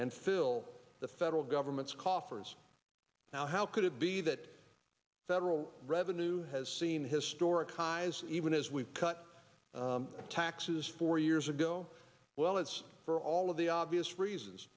and fill the federal government's coffers now how could it be that the federal revenue has seen historic highs even as we cut taxes for you years ago well it's for all of the obvious reasons